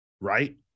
right